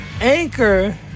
Anchor